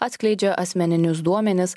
atskleidžia asmeninius duomenis